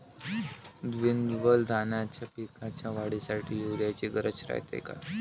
द्विदल धान्याच्या पिकाच्या वाढीसाठी यूरिया ची गरज रायते का?